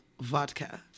vodka